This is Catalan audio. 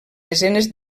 desenes